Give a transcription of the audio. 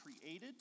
created